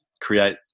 create